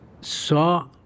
saw